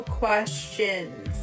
questions